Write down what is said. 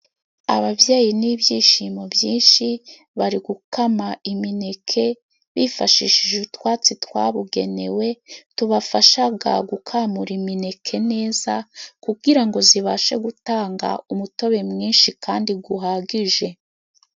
Ababyeyi n'ibyishimo byinshi，bari gukama imineke bifashishije utwatsi twabugenewe， tubafashaga gukamura imineke neza，kugira ngo zibashe gutanga umutobe mwinshi kandi guhagije.